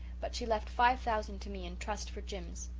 but she left five thousand to me in trust for jims.